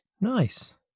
nice